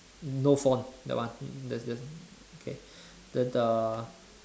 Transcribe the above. no font that one that's just okay then the